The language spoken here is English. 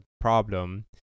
problem